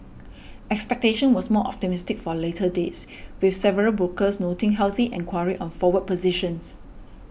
expectation was more optimistic for later dates with several brokers noting healthy enquiry on forward positions